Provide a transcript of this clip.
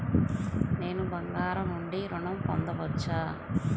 నేను బంగారం నుండి ఋణం పొందవచ్చా?